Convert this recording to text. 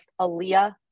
Aaliyah